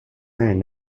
man